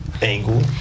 angle